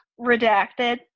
Redacted